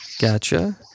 Gotcha